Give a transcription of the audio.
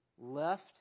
left